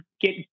get